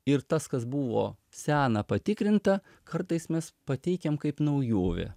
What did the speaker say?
ir tas kas buvo sena patikrinta kartais mes pateikiam kaip naujovę